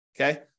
Okay